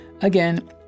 Again